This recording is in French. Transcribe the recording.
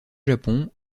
japon